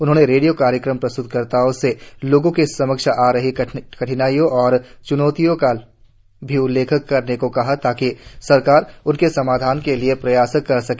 उन्होंने रेडियो कार्यक्रम प्रस्त्तकर्ताओं से लोगों के समक्ष आ रही कठिनाइयों और च्नौतियों का भी उल्लेख करने को कहा ताकि सरकार इनके समाधान के लिए प्रयास कर सके